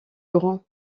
grand